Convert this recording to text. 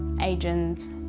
agents